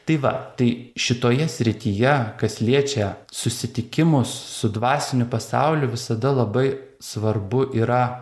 tai va tai šitoje srityje kas liečia susitikimus su dvasiniu pasauliu visada labai svarbu yra